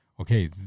okay